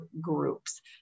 groups